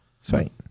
sweet